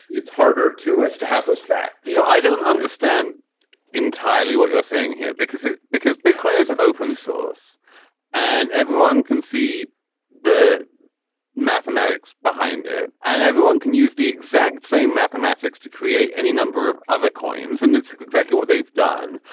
it's harder to us to help us that so i don't understand entirely what you're saying here because because bitcoin is an open source and everyone can see the mathematics behind it and everyone can use the exact same mathematics to create any number of other coins and that's exactly what they've done.